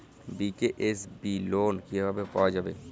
BKSB loan কিভাবে পাওয়া যাবে?